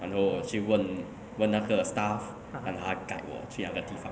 然后我去问问那个 staff 让他 guide 我去哪个地方